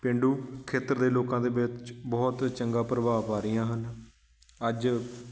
ਪੇਂਡੂ ਖੇਤਰ ਦੇ ਲੋਕਾਂ ਦੇ ਵਿੱਚ ਬਹੁਤ ਚੰਗਾ ਪ੍ਰਭਾਵ ਪਾ ਰਹੀਆਂ ਹਨ ਅੱਜ